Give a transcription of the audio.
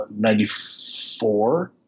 94